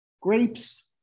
grapes